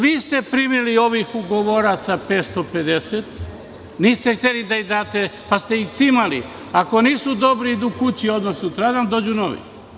Vi ste primili ovih ugovoraca 550, niste hteli da ih date, pa ste ih cimali, ako nisu dobri idu odmah kući, sutradan dođu novi.